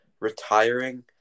Retiring